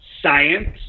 science